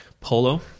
Polo